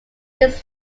this